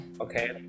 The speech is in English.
Okay